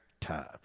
time